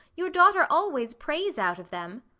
your daughter always prays out of them.